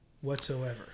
whatsoever